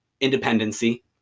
independency